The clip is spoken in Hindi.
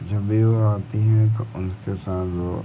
जब भी वह आती हैं तो उनके साथ वह